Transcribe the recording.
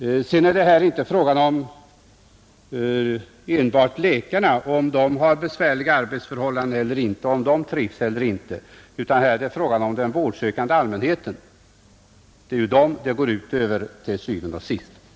Sedan är det inte enbart fråga om huruvida läkarna har besvärliga arbetsförhållanden eller inte, om de trivs eller inte, utan det är också en fråga om den vårdsökande allmänheten. Det är den som bristen på underläkare går ut över til syvende og sidst.